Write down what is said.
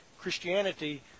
Christianity